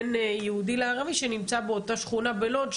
בין יהודי לערבי שנמצא באותה שכונה בלוד,